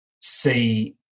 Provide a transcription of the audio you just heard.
see